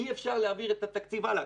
אי אפשר להעביר את התקציב הלאה.